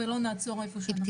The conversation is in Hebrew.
ולצערי הרב,